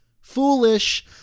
foolish